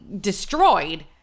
destroyed